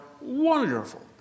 wonderful